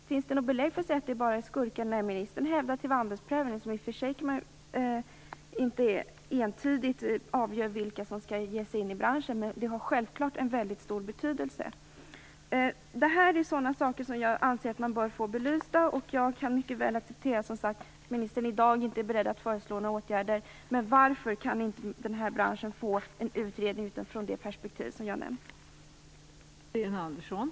Finns det något belägg för att säga att det bara är skurkar? Ministern hänvisar till vandelsprövning, vilken inte entydigt avgör vilka som skall ge sig in i branschen, men den har självklart en mycket stor betydelse. Detta är sådana saker som jag anser att vi bör få belysta, och jag kan, som sagt, mycket väl acceptera att ministern i dag inte är beredd att föreslå några åtgärder. Men varför kan det inte göras en utredning av denna bransch utifrån det perspektiv som jag har nämnt?